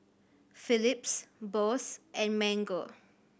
Phillips Bose and Mango